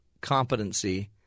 competency